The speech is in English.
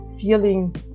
feeling